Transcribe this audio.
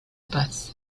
paz